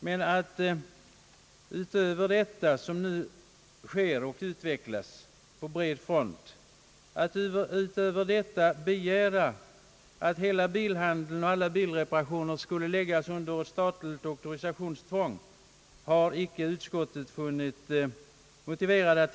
Men att utöver detta begära, som nu sker på bred front, att hela bilhandeln och alla bilreparationer skulle läggas under statligt auktorisationstvång har utskottet inte funnit motiverat.